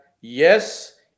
yes